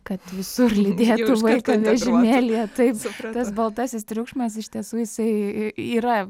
kad visur lydėtų vaiką vežimėlyje taip tas baltasis triukšmas iš tiesų jisai yra